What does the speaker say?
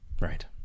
right